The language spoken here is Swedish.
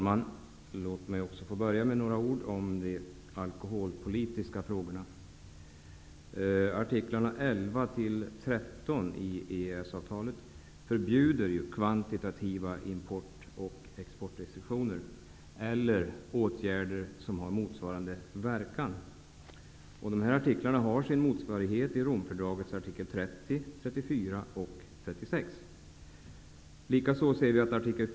Herr talman! Låt mig inleda med några ord om de alkoholpolitiska frågorna. Artiklarna 11--13 i EES avtalet förbjuder kvantitativa import och exportrestriktioner eller åtgärder som har motsvarande verkan. Dessa artiklar har sin motsvarighet i Romfördragets artikel 30, 34 och 36.